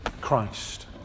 Christ